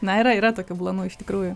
na yra yra tokių planų iš tikrųjų